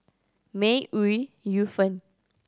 May Ooi Yu Fen